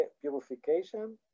purification